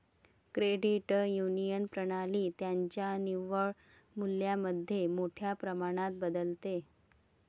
credit union प्रणाली त्यांच्या निव्वळ मूल्यामध्ये मोठ्या प्रमाणात बदलते